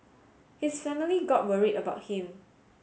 his family got worried about him